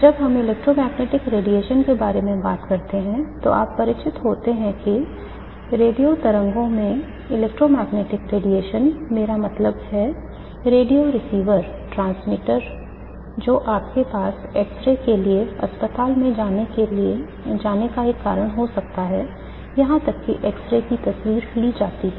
जब हम electromagnetic radiation के बारे में बात करते हैं तो आप परिचित हैं कि रेडियो तरंगों से इलेक्ट्रोमैग्नेटिक रेडिएशन मेरा मतलब है रेडियो रिसीवर ट्रांसमीटर जो आपके पास एक्स रे के लिए अस्पताल में जाने का एक कारण हो सकता है जहां एक एक्स रे की तस्वीर ली जाति है